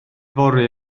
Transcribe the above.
fory